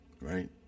right